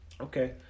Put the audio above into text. Okay